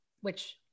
which-